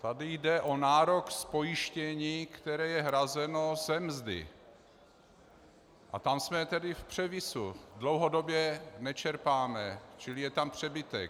Tady jde o nárok z pojištění, které je hrazeno ze mzdy, a tam jsme tedy v převisu, dlouhodobě nečerpáme, čili je tam přebytek.